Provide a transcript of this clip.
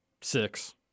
six